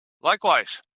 Likewise